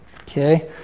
Okay